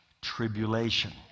Tribulation